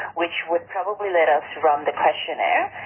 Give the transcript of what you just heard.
which would probably let us run the questionnaire.